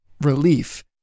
relief